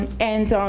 and